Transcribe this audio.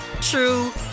true